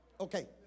Okay